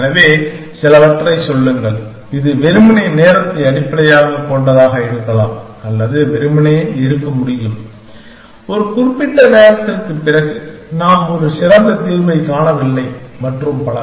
எனவே சிலவற்றைச் சொல்லுங்கள் இது வெறுமனே நேரத்தை அடிப்படையாகக் கொண்டதாக இருக்கலாம் அல்லது வெறுமனே இருக்க முடியும் ஒரு குறிப்பிட்ட நேரத்திற்குப் பிறகு நாம் ஒரு சிறந்த தீர்வைக் காணவில்லை மற்றும் பல